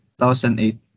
2008